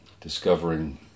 discovering